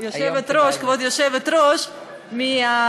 כבוד היושבת-ראש, היום כדאי לה.